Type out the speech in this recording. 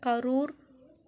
Karur